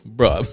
bro